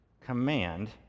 command